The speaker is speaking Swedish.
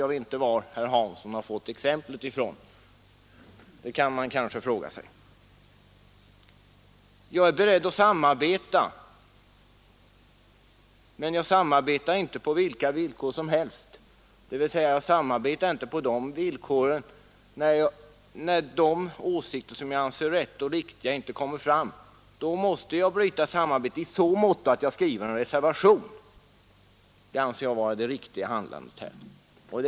Man kan fråga sig var herr Hansson har fått exemplet från. Jag är beredd att samarbeta, men inte på vilka villkor som helst. När inte de åsikter jag anser riktiga kommer fram, måste jag bryta samarbetet i så måtto att jag skriver en reservation. Det anser jag vara det riktiga handlingssättet.